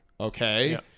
Okay